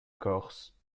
corse